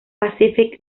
pacific